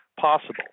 possible